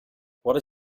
what